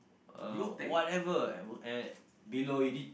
uh whatever and below it did